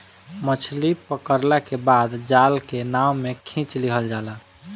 मछली पकड़ला के बाद जाल के नाव में खिंच लिहल जाला